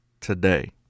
today